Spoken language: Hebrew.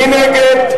מי נגד?